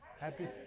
happy